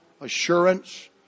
assurance